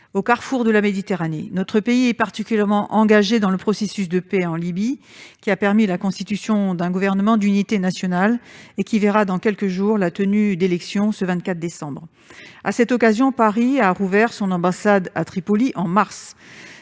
au carrefour de la Méditerranée. Notre pays est particulièrement engagé dans le processus de paix en Libye, lequel a permis la constitution d'un gouvernement d'unité nationale. Des élections seront organisées le 24 décembre. À cette occasion, Paris a rouvert son ambassade à Tripoli en mars.